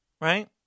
right